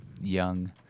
young